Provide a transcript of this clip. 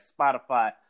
Spotify